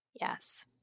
Yes